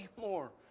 more